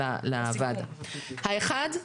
האחד,